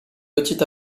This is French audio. petit